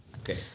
Okay